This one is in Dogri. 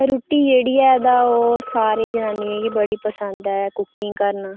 ते रुट्टी जेह्ड़ी ऐ तां ओह् सारे जनानियें गी पसंद ऐ कुकिंग करना